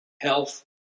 health